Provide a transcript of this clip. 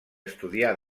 estudià